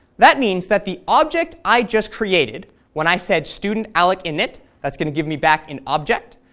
that means that the object i just created when i said student alloc init, that's going to give me back an object.